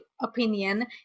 opinion